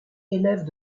élèves